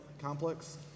complex